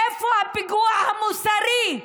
איפה הפיגוע המוסרי?